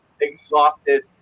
exhausted